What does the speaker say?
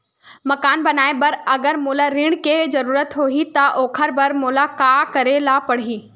मकान बनाये बर अगर मोला ऋण के जरूरत होही त ओखर बर मोला का करे ल पड़हि?